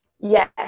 Yes